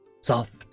soft